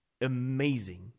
amazing